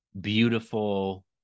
Beautiful